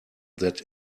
that